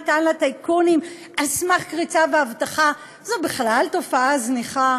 על סמך קריצה והבטחה, זו בכלל תופעה זניחה.